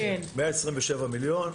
127 מיליון.